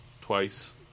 twice